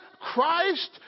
Christ